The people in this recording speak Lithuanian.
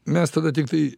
mes tada tiktai